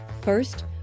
First